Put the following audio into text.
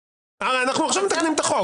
אנחנו עכשיו מתקנים את החוק.